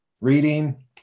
reading